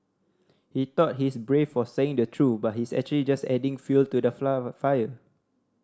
he thought he's brave for saying the truth but he's actually just adding fuel to the fire